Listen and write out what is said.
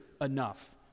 enough